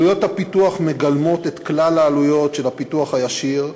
עלויות הפיתוח מגלמות את כלל העלויות של הפיתוח הישיר,